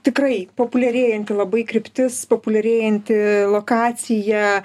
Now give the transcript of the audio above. tikrai populiarėjanti labai kryptis populiarėjanti lokacija